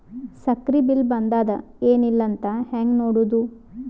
ಸಕ್ರಿ ಬಿಲ್ ಬಂದಾದ ಏನ್ ಇಲ್ಲ ಅಂತ ಹೆಂಗ್ ನೋಡುದು?